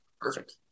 Perfect